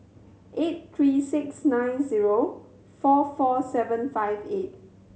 eight three six nine zero four four seven five eight